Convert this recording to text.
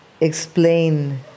explain